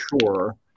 Sure